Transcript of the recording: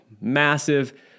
massive